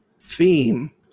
theme